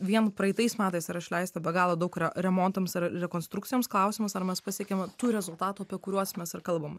vien praeitais metais yra išleista be galo daug re remontams ir rekonstrukcijoms klausimas ar mes pasiekėme tų rezultatų apie kuriuos mes ir kalbam